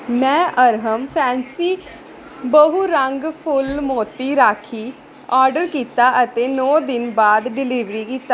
ਮੈਂ ਅਰਹਮ ਫੈਂਸੀ ਬਹੁ ਰੰਗ ਫੁੱਲ ਮੋਤੀ ਰਾਖੀ ਆਰਡਰ ਕੀਤਾ ਅਤੇ ਨੌਂ ਦਿਨ ਬਾਅਦ ਡਿਲੀਵਰੀ ਕੀਤਾ